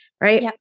Right